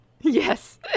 yes